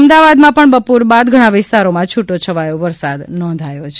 અમદાવાદમાં પણ બપોર બાદ ઘણા વિસ્તારોમાં છૂટો છવાયો વરસાદ નોંધાયો છે